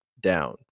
down